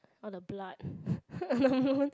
all the blood moon